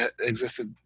existed